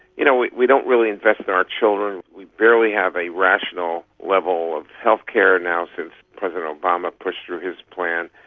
you know we we don't really invest our children, we barely have a rational level of healthcare now since president obama pushed through his plan,